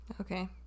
Okay